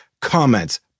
comments